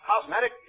Cosmetic